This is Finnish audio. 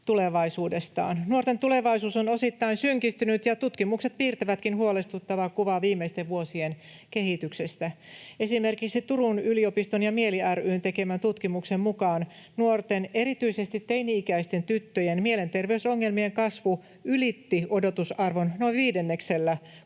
Nuorten tulevaisuus on osittain synkistynyt, ja tutkimukset piirtävätkin huolestuttavaa kuvaa viimeisten vuosien kehityksestä. Esimerkiksi Turun yliopiston ja MIELI ry:n tekemän tutkimuksen mukaan nuorten, erityisesti teini-ikäisten tyttöjen, mielenterveysongelmien kasvu ylitti odotusarvon noin viidenneksellä